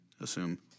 assume